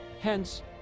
Hence